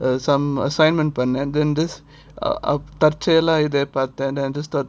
uh some assignment பண்ணேன்:pannen and then this a தற்செயலா இத பார்த்தேன் :tharseyala idha parthen understood